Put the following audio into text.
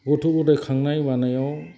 गथ' गथाय खांनाय मानायाव